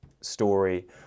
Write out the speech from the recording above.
story